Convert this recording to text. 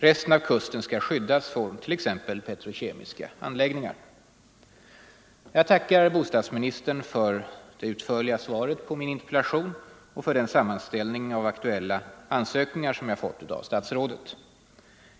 Resten av kusten skall skyddas från t.ex. petrokemiska anläggningar. Jag tackar bostadsministern för svaret på min interpellation och för den sammanställning av aktuella ansökningar som jag fått av statsrådet.